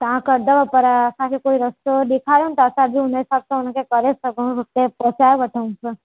तव्हां कंदव पर असांखे कोई रस्तो ॾेखारियो न त असां बि हुनजे हिसाब सां हुनखे करे सघूं हुते पहुचाए वठूंसि